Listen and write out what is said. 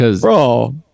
Bro